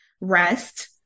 Rest